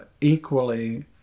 equally